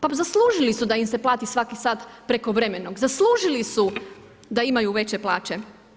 Pa zaslužili su da im se plati svaki sat prekovremenog, zaslužili su da imaju veće plaće.